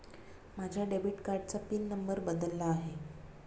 माझ्या डेबिट कार्डाचा pin number बदलला आहे